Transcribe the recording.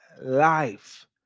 life